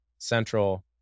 central